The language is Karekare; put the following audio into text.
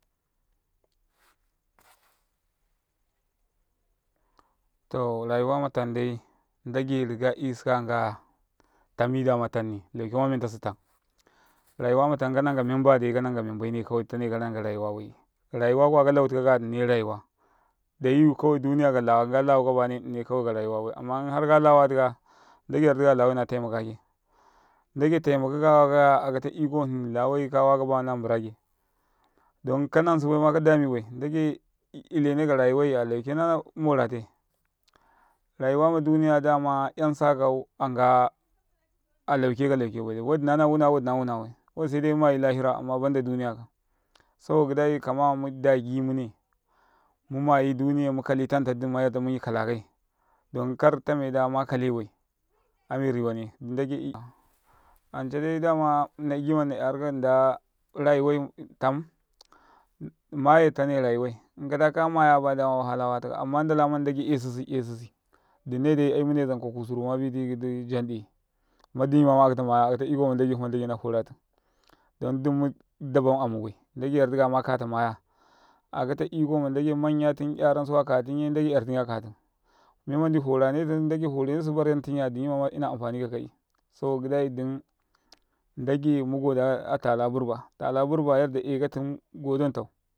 to rayuwa matan ɗ ai n ɗ age kaya'yusuka ngaya tami ɗ ama tam hni lauke ɗ ama mentasi tam, rayuwa matam kananka menbayya kananka menbaine kawa ditane kananka rayuwa bai, rayuwa kuwa kalau tikaka ɗ ini ne rayuwa' ɗ aya kawai ɗ uniya kalawa kalawuka baya ɗ inine kawai karayuwa bai amma in harka lawa tika n ɗ agai yar ɗ ikaya nnine na mburake n ɗ agai taimakika kaya akata iko hni lawai kawaka ba, man ɗ i na mbrake, ɗ on kanan sibaima ka ɗ amubai, n ɗ dage ile karayuwaiya lauke na morate, rayuwa ma ɗ uniya ɗ ama 'yansu kau a nga alauke kalaukebai wa ɗ i nana wuna, wa ɗ ina wunabai wa ɗ i se ɗ ai mayi lahira amma ban ɗ a ɗ uniya kam' saboka gi ɗ ai kuma mu ɗ agi mune mumayi ɗ uniyai mukali tamtau gi ɗ i man ɗ i muni kalakai ɗ on kartame ɗ a makalebai ami riwane n ɗ age 'yu anca ɗ ai ɗ ama nota nnagi man ɗ i na'yarikau n ɗ a rayuwai tam mayau tane rayuwai, in ka ɗ a. ka maya baya wahala watakau, amma n ɗ ala man ɗ i, n ɗ agai esisi e sisi, ɗ umne ɗ ai ai mune kwa kusuru ma biti gi ɗ i jan ɗ e. hma ɗ imima maakata maya aka iko ma n ɗ dage hma n ɗ age na horatum ɗ on ɗ ummu ɗ aban amubai n ɗ age yar ɗ i kaya makata maya akata iko ma n ɗ age manyatum 'yaransuka katamye n ɗ agai 'yar tunka katum, menman ɗ i forane tum n ɗ agai forenesu baran tunya ɗ umuma ina anfani kakai saboka gi ɗ ii ɗ um n ɗ age mu go ɗ aka atala burba tala burna ya ɗ ɗ a ekatum go ɗ on tau.